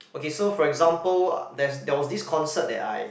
okay so for example there's there was this concert that I